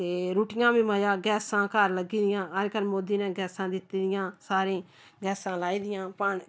ते रुट्टियां बी मज़ा गैसां घर लग्गी दियां अज्जकल मोदी ने गैसां दित्ती दियां सारें गैसां लाई दियां पानी